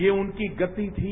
ये उनकी गति थी